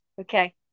Okay